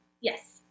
Yes